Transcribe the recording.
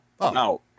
no